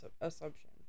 assumption